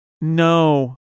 no